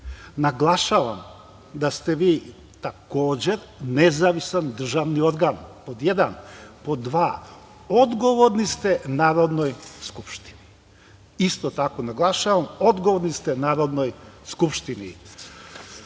Naglašavam da ste vi, takođe, nezavistan državni organ, pod jedan. Pod dva, odgovorni ste Narodnoj skupštini. Isto tako, naglašavam, odgovorni ste Narodnoj skupštini. Da